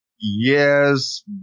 Yes